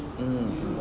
mm